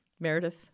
Meredith